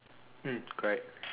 mm correct